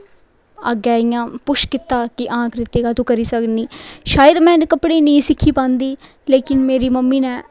अग्गें इ'यां पुश कीता कि हां क्रितिका तूं करी सकनी शायद में इ'नें कपड़ें गी नेईं सिक्खी पांदी लेकिन मेरी मम्मी नै